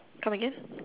come again